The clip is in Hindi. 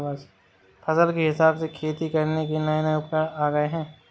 फसल के हिसाब से खेती करने के नये नये उपकरण आ गये है